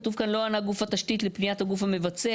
כתוב כאן "לא ענה גוף התשתית לפניית הגוף המבצע